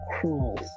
cruel